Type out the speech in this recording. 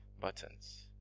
buttons